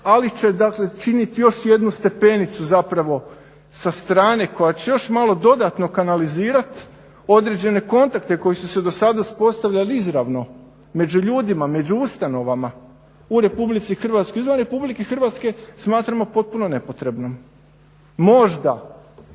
dakle činiti još jednu stepenicu zapravo sa strane koja će još malo dodatno analizirat određene kontakte koji su se do sada uspostavljali izravno među ljudima, među ustanovama u Rh. Izvan Rh smatramo potpuno nepotrebnom. Možda